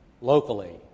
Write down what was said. locally